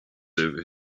over